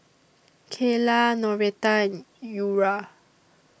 Kaela Noretta and Eura